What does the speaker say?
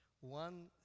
one